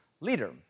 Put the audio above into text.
leader